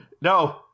No